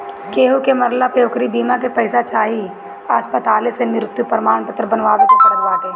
केहू के मरला पअ ओकरी बीमा के पईसा चाही तअ अस्पताले से मृत्यु प्रमाणपत्र बनवावे के पड़त बाटे